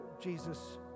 Jesus